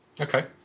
Okay